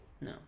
No